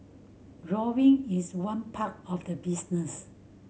rolling is one part of the business